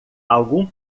algum